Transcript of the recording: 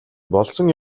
болсон